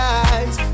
eyes